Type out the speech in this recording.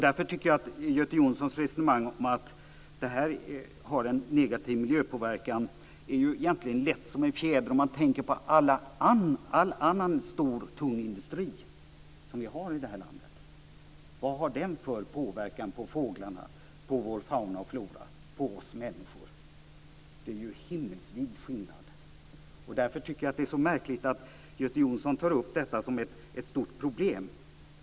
Därför tycker jag att Göte Jonssons resonemang om att detta har en negativ miljöpåverkan egentligen är lätt som en fjäder om man tänker på all annan stor och tung industri som vi har i det här landet. Vad har den för påverkan på fåglarna, på vår fauna och flora och på oss människor? Det är ju en himmelsvid skillnad. Därför tycker jag att det är så märkligt att Göte Jonsson tar upp detta som ett stort problem.